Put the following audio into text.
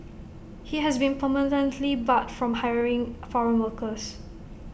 he has been permanently barred from hiring foreign workers